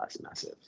massive